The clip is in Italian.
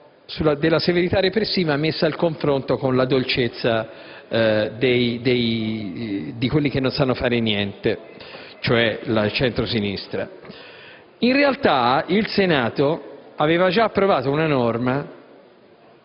della severità repressiva a confronto della dolcezza di quelli che non sanno fare niente, cioè il centrosinistra. In realtà, il Senato aveva già approvato, all'incirca